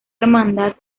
hermandad